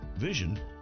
vision